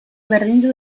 berdindu